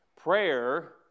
Prayer